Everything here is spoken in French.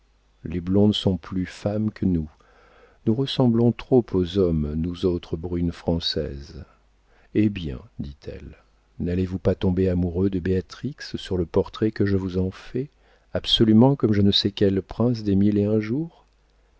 les blondes sont plus femmes que nous nous ressemblons trop aux hommes nous autres brunes françaises eh bien dit-elle n'allez-vous pas tomber amoureux de béatrix sur le portrait que je vous en fais absolument comme je ne sais quel prince des mille et un jours